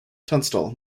tunstall